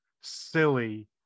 silly